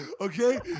Okay